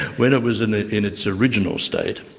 when it was in ah in its original state,